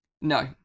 No